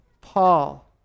Paul